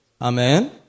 Amen